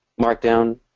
markdown